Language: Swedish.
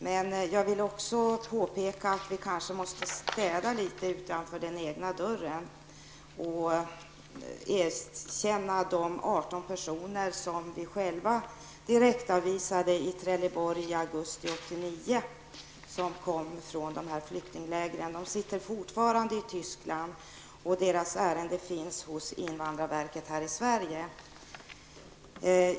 Men jag vill också påpeka att vi kanske måste städa litet utanför den egna dörren och ta emot de Trelleborg i augusti 1989 och som kom från de här flyktinglägren. De sitter fortfarande i Tyskland, och deras ärende ligger hos invandrarverket i Sverige.